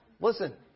Listen